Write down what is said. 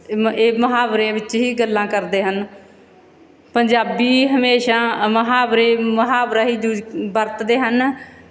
ਇਹ ਇਹ ਮੁਹਾਵਰਿਆਂ ਵਿੱਚ ਹੀ ਗੱਲਾਂ ਕਰਦੇ ਹਨ ਪੰਜਾਬੀ ਹਮੇਸ਼ਾ ਮੁਹਾਵਰੇ ਮੁਹਾਵਰਾ ਹੀ ਯੂਜ ਵਰਤਦੇ ਹਨ